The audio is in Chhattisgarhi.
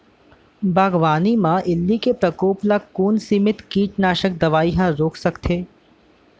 बागवानी म इल्ली के प्रकोप ल कोन सीमित कीटनाशक दवई ह रोक सकथे?